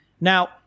Now